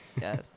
yes